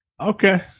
Okay